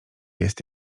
jest